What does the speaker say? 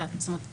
זאת אומרת,